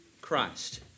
Christ